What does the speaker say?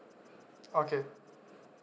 okay